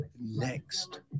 next